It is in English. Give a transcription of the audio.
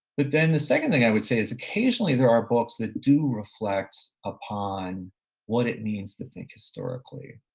but then the second thing i would say is occasionally there are books that do reflect upon what it means to think historically.